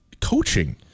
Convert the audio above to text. coaching